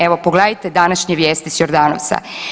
Evo pogledajte današnje vijesti s Jordanovca.